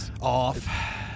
off